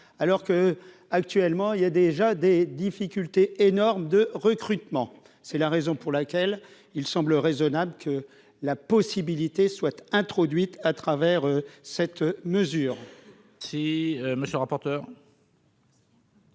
alors que, actuellement, il y a déjà des difficultés énormes de recrutement, c'est la raison pour laquelle il semble raisonnable que la possibilité soit introduite à travers cette mesure. Si Monsieur rapporteur.